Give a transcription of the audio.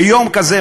ביום כזה,